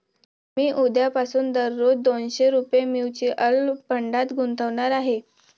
मी उद्यापासून दररोज दोनशे रुपये म्युच्युअल फंडात गुंतवणार आहे